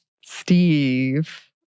Steve